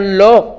law